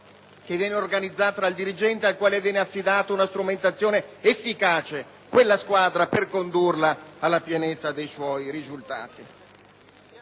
che viene organizzata dal dirigente al quale viene affidata una strumentazione efficace per condurre quella squadra alla pienezza dei suoi risultati.